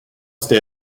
stay